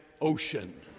Ocean